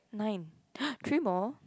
nine three more